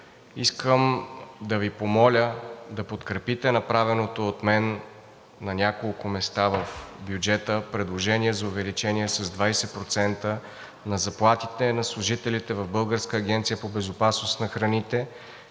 Искам да Ви помоля да подкрепите направеното от мен на няколко места в бюджета предложение за увеличение с 20% на заплатите на служителите в Българската агенция по безопасност на храните,